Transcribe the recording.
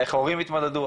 לאיך ההורים יתמודדו.